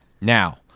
Now